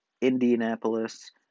Indianapolis